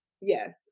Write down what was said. yes